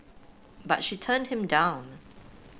but she turned him down